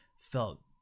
felt